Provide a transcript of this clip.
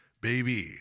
baby